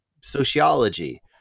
sociology